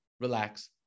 relax